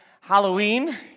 Halloween